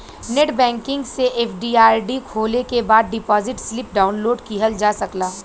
net banking से FD RD खोले के बाद डिपाजिट स्लिप डाउनलोड किहल जा सकला